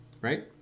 right